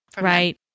Right